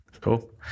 cool